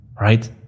Right